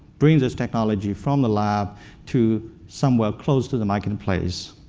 bring this technology from the lab to somewhere close to the marketplace.